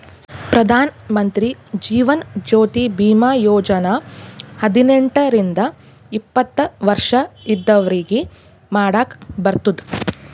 ಪ್ರಧಾನ್ ಮಂತ್ರಿ ಜೀವನ್ ಜ್ಯೋತಿ ಭೀಮಾ ಯೋಜನಾ ಹದಿನೆಂಟ ರಿಂದ ಎಪ್ಪತ್ತ ವರ್ಷ ಇದ್ದವ್ರಿಗಿ ಮಾಡಾಕ್ ಬರ್ತುದ್